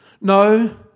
no